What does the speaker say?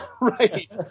right